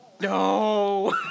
no